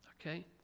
okay